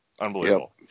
Unbelievable